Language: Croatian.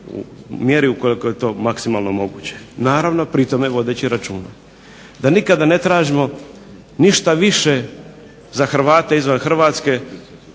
u mjeri koliko je to maksimalno moguće, naravno pri tome vodeći računa da nikada ne tražimo ništa više za Hrvate izvan Hrvatske